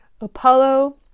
Apollo